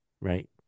Right